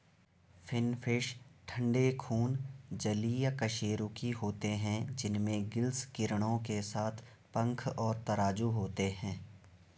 finfish ठंडे खून जलीय कशेरुकी होते हैं जिनमें गिल्स किरणों के साथ पंख और तराजू होते हैं